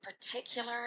particular